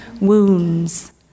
wounds